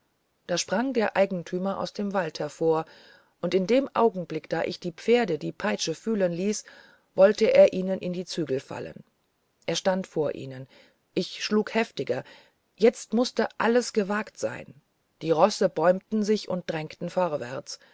da sprang der eigentümer aus dem wald hervor und in dem augenblick da ich die pferde die peitsche fühlen ließ wollte er ihnen in die zügel fallen er stand vor ihnen ich schlug heftiger jetzt mußte alles gewagt sein die rosse bäumten sich und drangen vorwärts